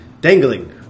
dangling